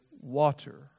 water